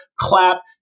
clap